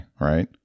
right